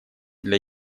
для